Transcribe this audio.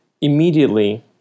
immediately